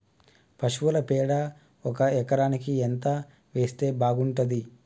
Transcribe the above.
పశువుల పేడ ఒక ఎకరానికి ఎంత వేస్తే బాగుంటది?